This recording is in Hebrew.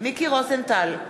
מיקי רוזנטל,